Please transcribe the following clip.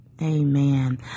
Amen